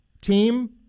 team